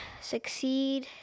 succeed